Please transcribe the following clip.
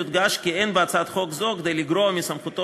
יודגש כי אין בהצעת חוק זו כדי לגרוע מסמכותו